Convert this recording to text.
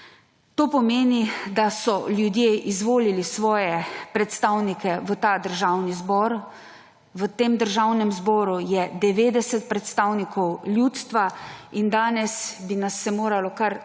To pomeni, da so ljudje izvolili svoje predstavnike v ta državni zbor. V tem državnem zboru je 90 predstavnikov ljudstva. Danes bi se nas moralo kar vseh